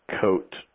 coat